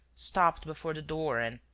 stopped before the door and,